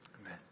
Amen